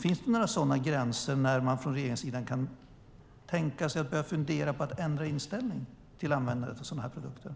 Finns det några sådana gränser, där man från regeringens sida kan tänka sig att börja fundera på att ändra inställning till användandet av sådana här produkter?